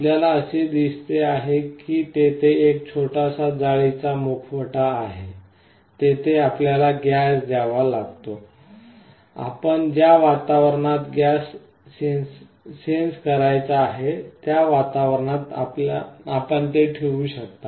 आपल्याला असे दिसते आहे की तेथे एक छोटासा जाळीचा मुखवटा आहे तेथे आपल्याला गॅस द्यावा लागतो आपण ज्या वातावरणात गॅस सेन्स करायचा आहे त्या वातावरणात आपण ते ठेवू शकता